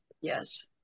Yes